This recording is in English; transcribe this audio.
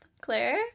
Claire